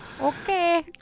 Okay